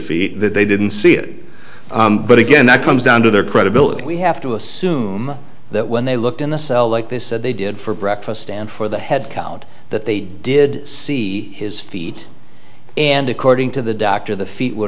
feet that they didn't see it but again that comes down to their credibility we have to assume that when they looked in the cell like this they did for breakfast and for the head count that they did see his feet and according to the doctor the feet would